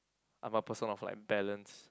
I'm a person of like balance